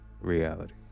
reality